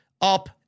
up